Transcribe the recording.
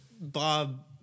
Bob